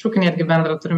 šūkį netgi bendrą turim